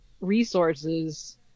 resources